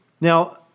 Now